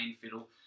fiddle